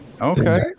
okay